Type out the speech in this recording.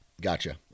Gotcha